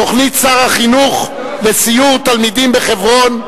תוכנית שר החינוך לסיורי תלמידים בחברון,